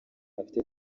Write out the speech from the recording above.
afite